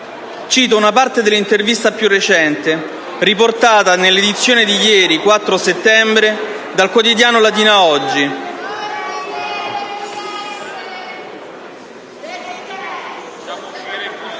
Cito una parte dell'intervista più recente, riportata nell'edizione di ieri - 4 settembre - del quotidiano «Latina oggi»,